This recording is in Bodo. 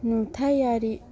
नुथायारि